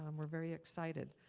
um we're very excited.